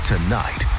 Tonight